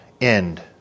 end